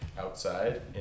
outside